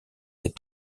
est